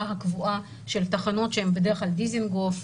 הקבועה של תחנות שהן בדרך כלל דיזינגוף,